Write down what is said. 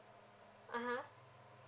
uh (huh)